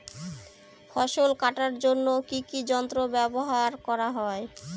ফসল কাটার জন্য কি কি যন্ত্র ব্যাবহার করা হয়?